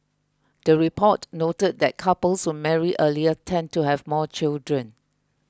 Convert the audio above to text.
the report noted that couples who marry earlier tend to have more children